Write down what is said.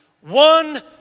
one